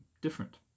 different